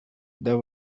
there